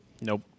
Nope